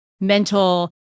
mental